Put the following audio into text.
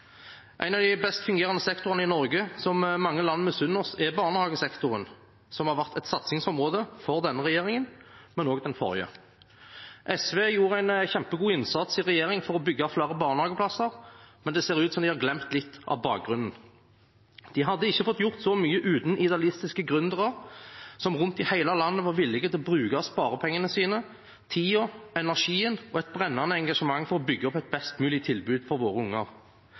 En av de best fungerende sektorene i Norge, som mange land misunner oss, er barnehagesektoren, som har vært et satsingsområde for denne regjeringen, men også den forrige. SV gjorde en kjempegod innsats i regjering for å bygge flere barnehageplasser, men det ser ut som de har glemt litt av bakgrunnen. De hadde ikke fått gjort så mye uten idealistiske gründere rundt i hele landet som var villige til å bruke sparepengene sine, tiden, energien og et brennende engasjement på å bygge opp et best mulig tilbud for våre unger.